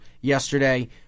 yesterday